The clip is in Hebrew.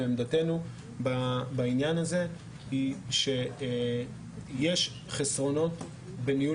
ועמדתנו בעניין הזה היא שיש חסרונות בניהול